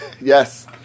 Yes